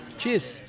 Cheers